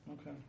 Okay